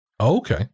Okay